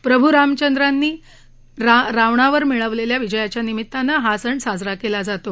प्रभू रामचंद्रांनी रावणावर मिळवलेल्या विजयाच्या निमित्तानं हा सण साजरा केला जातो